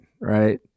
right